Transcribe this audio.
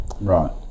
right